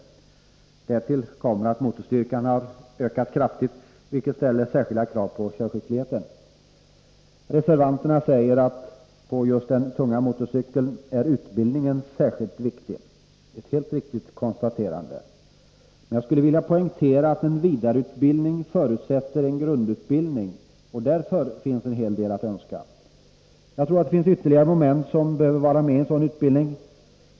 Därtill kommer att motorstyrkan har ökat kraftigt, vilket ställer särskilda krav på körskickligheten. Reservanterna säger att när det gäller just den tunga motorcykeln är utbildningen särskilt viktig. Det är ett helt riktigt konstaterande. Men jag skulle vilja poängtera att en vidareutbildning förutsätter en grundutbildning, och därvidlag finns en hel del att önska. Jag tror att det finns ytterligare moment som behöver vara med i en sådan utbildning.